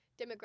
demographic